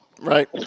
Right